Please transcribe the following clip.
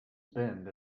bend